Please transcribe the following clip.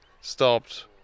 stopped